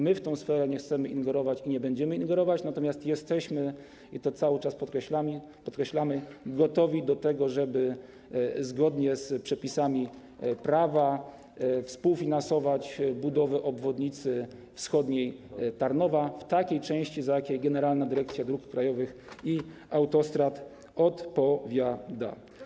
My w tę sferę nie chcemy ingerować i nie będziemy ingerować, natomiast jesteśmy, co cały czas podkreślamy, gotowi do tego, żeby zgodnie z przepisami prawa współfinansować budowę wschodniej obwodnicy Tarnowa w takiej części, za jaką Generalna Dyrekcja Dróg Krajowych i Autostrad odpowiada.